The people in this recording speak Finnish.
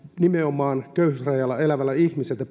nimenomaan köyhyysrajalla elävältä ihmiseltä